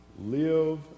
live